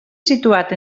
situat